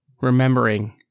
remembering